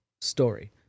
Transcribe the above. story